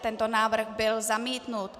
Tento návrh byl zamítnut.